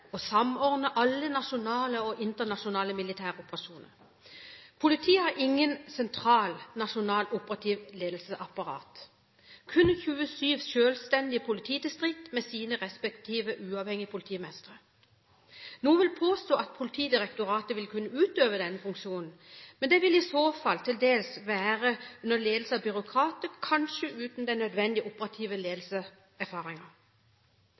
samordne alle nasjonale og internasjonale militære operasjoner. Politiet har ikke et sentralt, nasjonalt operativt ledelsesapparat, kun 27 selvstendige politidistrikt med sine respektive uavhengige politimestre. Noen vil påstå at Politidirektoratet vil kunne utøve denne funksjonen, men det vil i så fall – til dels – være under ledelse av byråkrater, kanskje uten den nødvendige operative